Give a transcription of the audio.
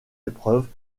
épreuves